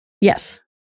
Yes